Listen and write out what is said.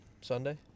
Sunday